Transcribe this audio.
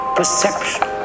perception